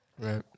Right